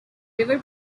river